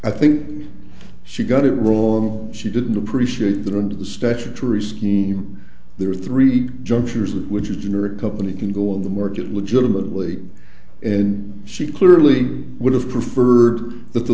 i think she got it wrong she didn't appreciate that under the statutory scheme there are three junctures with which is generic company can go on the market legitimately and she clearly would have preferred that the